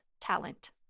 talent